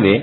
எனவே